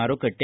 ಮಾರುಕಟ್ಟೆ